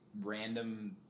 random